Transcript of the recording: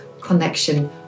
connection